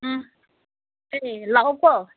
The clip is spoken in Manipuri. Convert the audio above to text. ꯎꯝ ꯑꯦ ꯂꯥꯛꯑꯣ ꯀꯣ